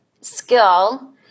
skill